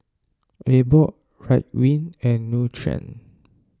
Abbott Ridwind and Nutren